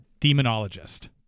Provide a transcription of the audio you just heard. demonologist